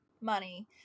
money